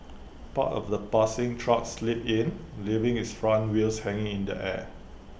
part of the passing truck slipped in leaving its front wheels hanging in the air